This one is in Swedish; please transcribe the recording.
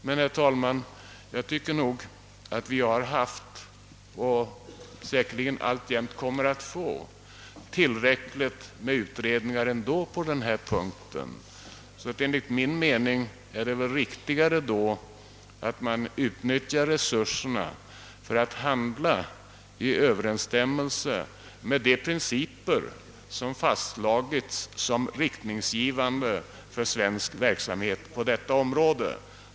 Men, herr talman, jag tycker nog att vi har haft tillräckligt med utredningar ändå och vi kommer säkerligen att få fler. Enligt min mening är det därför viktigare att utnyttja resurserna för att handla i överensstämmelse med de principer som har fastslagits som riktningsgivande för svensk verksamhet på detta område.